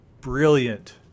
brilliant